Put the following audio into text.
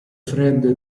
fred